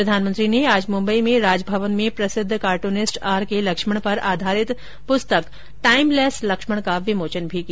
प्रधानमंत्री ने आज मुम्बई में राजभवन में प्रसिद्ध कार्ट्रनिस्ट आरके लक्ष्मण पर आधारित प्रस्तक टाइमलेस लक्ष्मण का विमोचन भी किया